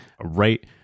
right